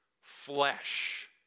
flesh